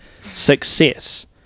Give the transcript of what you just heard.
success